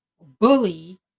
bully